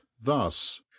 thus